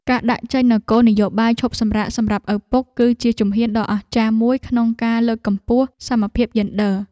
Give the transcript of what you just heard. ការដាក់ចេញនូវគោលនយោបាយឈប់សម្រាកសម្រាប់ឪពុក គឺជាជំហានដ៏អស្ចារ្យមួយក្នុងការលើកកម្ពស់សមភាពយេនឌ័រ។